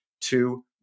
Two